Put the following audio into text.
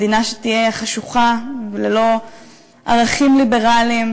מדינה שתהיה חשוכה, ללא ערכים ליברליים,